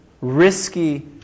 risky